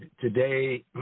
Today